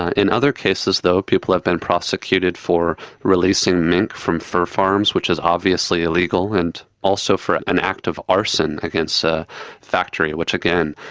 ah in other cases though people have been prosecuted for releasing mink from fur farms, which is obviously illegal, and also for an act of arson against a factory which, again,